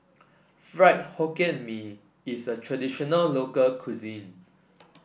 Fried Hokkien Mee is a traditional local cuisine